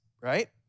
right